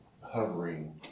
hovering